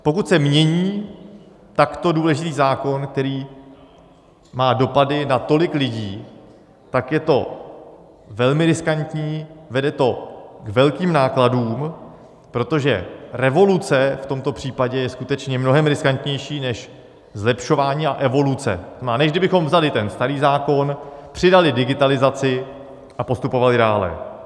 Pokud se mění takto důležitý zákon, který má dopady na tolik lidí, tak je to velmi riskantní, vede to k velkým nákladům, protože revoluce v tomto případě je skutečně mnohem riskantnější než zlepšování a evoluce, a než kdybychom vzali ten starý zákon, přidali digitalizaci a postupovali dále.